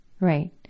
right